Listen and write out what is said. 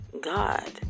God